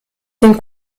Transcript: den